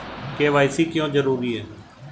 KYC क्यों जरूरी है?